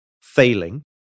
failing